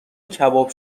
کباب